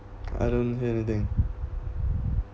I don't hear anything